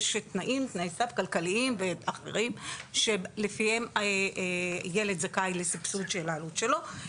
יש תנאי סף כלכליים ואחרים שלפיהם ילד זכאי לסבסוד של העלות שלו,